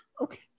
Okay